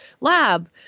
lab